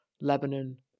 Lebanon